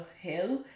hill